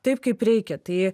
taip kaip reikia tai